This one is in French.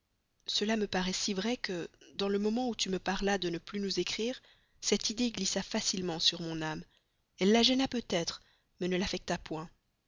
cela me paraît si vrai que dans le moment où tu me parlas de ne plus nous écrire cette idée glissa facilement sur mon âme elle la gênait peut-être mais ne l'affecta point